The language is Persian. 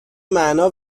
معنا